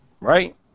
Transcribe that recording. Right